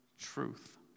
truth